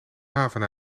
haven